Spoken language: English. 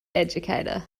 educator